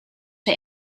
der